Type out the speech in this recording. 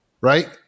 right